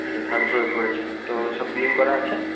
আচ্ছা থার্ড ফ্লোরে পড়েছে তো সব ক্লিন করা আছে